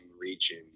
region